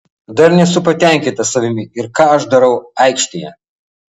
dar nesu patenkintas savimi ir ką aš darau aikštėje